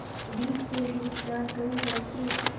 बीज के भी उपचार कैल जाय की?